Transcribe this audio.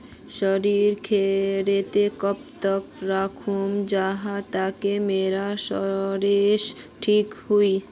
सरिस घोरोत कब तक राखुम जाहा लात्तिर मोर सरोसा ठिक रुई?